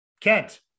Kent